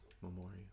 Memorial